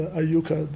ayuka